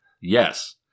Yes